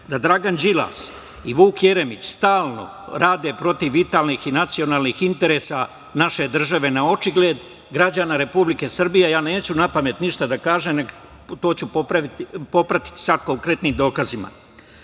da Dragan Đilas i Vuk Jeremić stalno rade protiv vitalnih i nacionalnih interesa naše države naočigled građana Republike Srbije. Neću napamet ništa da kažem. To ću pratiti sa konkretnim dokazima. Đilas